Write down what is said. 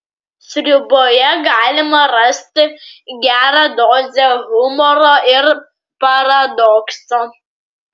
sriuboje galima rasti gerą dozę humoro ir paradokso